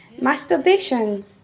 masturbation